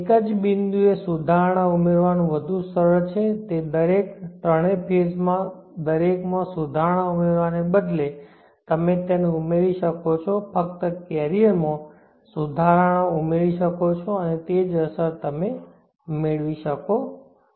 એક જ બિંદુએ સુધારણા ઉમેરવાનું વધુ સરળ છે તે દરેક ત્રણેય ફેઝ માં દરેકમાં સુધારણા ઉમેરવાને બદલે તમે તેને ઉમેરી શકો છો ફક્ત કેરીઅરમાં સુધારણા ઉમેરી શકો છો અને તે જ અસર મેળવી શકો છો